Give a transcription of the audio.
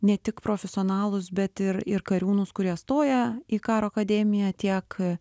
ne tik profesionalus bet ir ir kariūnus kurie stoja į karo akademiją tiek